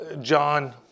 John